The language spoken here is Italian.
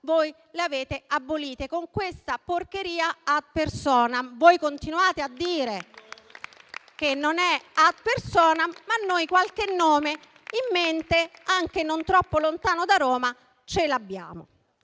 voi le avete abolite con questa porcheria *ad personam*. Voi continuate a dire che non è *ad personam*, ma noi qualche nome in mente, anche non troppo lontano da Roma, ce l'abbiamo